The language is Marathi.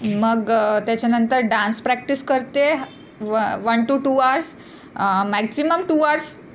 मग त्याच्यानंतर डान्स प्रॅक्टिस करते व one to two hours maximum two hours